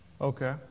Okay